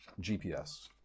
GPS